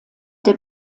der